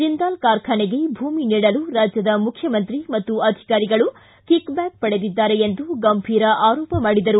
ಜಿಂದಾಲ್ ಕಾರ್ಖಾನೆಗೆ ಭೂಮಿ ನೀಡಲು ಮುಖ್ಯಮಂತ್ರಿ ಮತ್ತು ಅಧಿಕಾರಿಗಳು ಕಿಕ್ ಬ್ಯಾಕ್ ಪಡೆದಿದ್ದಾರೆ ಎಂದು ಗಂಭೀರ ಆರೋಪ ಮಾಡಿದರು